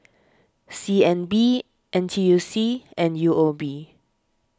C N B N T U C and U O B